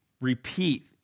repeat